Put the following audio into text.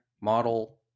model